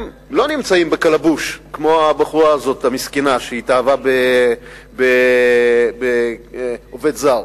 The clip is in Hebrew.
הם לא נמצאים בקלבוש כמו הבחורה המסכנה הזאת שהתאהבה בעובד זר,